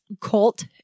cult